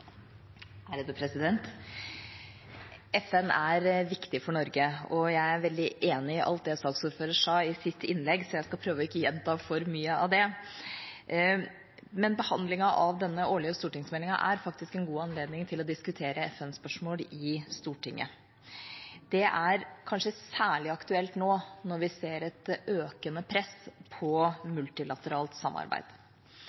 veldig enig i alt saksordføreren sa i sitt innlegg, så jeg skal prøve ikke å gjenta for mye av det. Behandlingen av denne årlige stortingsmeldinga er faktisk en god anledning til å diskutere FN-spørsmål i Stortinget. Det er kanskje særlig aktuelt nå når vi ser et økende press på